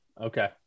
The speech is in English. okay